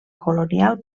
colonial